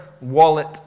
wallet